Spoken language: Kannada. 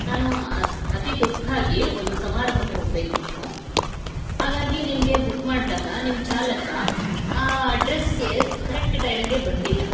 ನಾನು ಅ ಅತಿ ತುರ್ತಾಗಿ ಒಂದು ಸಮಾರಂಭಕ್ಕೆ ಹೋಗಬೇಕಿತ್ತು ಹಾಗಾಗಿ ನಿಮಗೆ ಬುಕ್ ಮಾಡಿದಾಗ ನಿಮ್ಮ ಚಾಲಕ ಆ ಅಡ್ರೆಸ್ಗೆ ಕರೆಕ್ಟ್ ಟೈಮ್ಗೆ ಬಂದಿಲ್ಲ